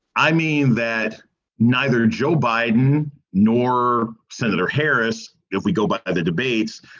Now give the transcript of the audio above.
i mean that neither joe biden nor senator harris, if we go by the debates,